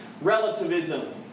relativism